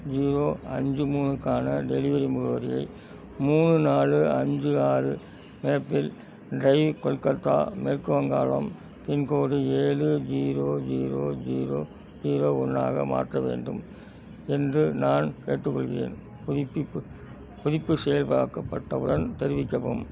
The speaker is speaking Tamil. ஜீரோ அஞ்சு மூணுக்கான டெலிவரி முகவரியை மூணு நாலு அஞ்சு ஆறு மேப்பிள் டிரைவ் கொல்கத்தா மேற்கு வங்காளம் பின்கோடு ஏழு zero zero zero zero zero ஒன்று ஆக மாற்ற வேண்டும் என்று நான் கேட்டுக்கொள்கிறேன் புதுப்பிப்பு புதுப்பு செயலாக்கப்பட்டவுடன் தெரிவிக்கவும்